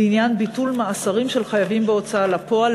לעניין ביטול מאסרים של חייבים בהוצאה לפועל,